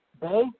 Bay